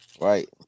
right